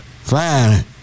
Fine